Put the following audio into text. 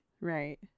Right